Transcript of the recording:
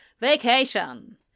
Vacation